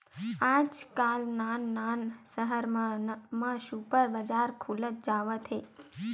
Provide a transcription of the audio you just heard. आजकाल नान नान सहर मन म सुपर बजार खुलत जावत हे